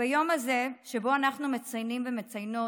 ביום הזה שבו אנחנו מציינים ומציינות